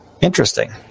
Interesting